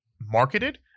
marketed